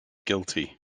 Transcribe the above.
guilty